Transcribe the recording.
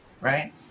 right